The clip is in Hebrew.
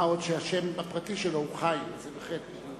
מה עוד שהשם הפרטי שלו הוא חיים, חי"ת.